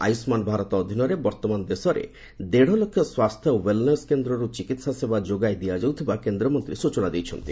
ଆୟୁଷ୍କାନ୍ ଭାରତ ଅଧୀନରେ ବର୍ତ୍ତମାନ ଦେଶରେ ଦେଢ଼ ଲକ୍ଷ ସ୍ୱାସ୍ଥ୍ୟ ଓ ୱେଲ୍ନେସ୍ କେନ୍ଦ୍ରରୁ ଚିକିହା ସେବା ଯୋଗାଇ ଦିଆଯାଉଥିବା କେନ୍ଦ୍ରମନ୍ତ୍ରୀ ସ୍ ଚନା ଦେଇଛନ୍ତି